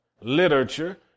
literature